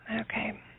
Okay